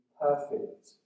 perfect